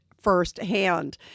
firsthand